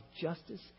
justice